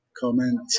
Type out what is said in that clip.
Comment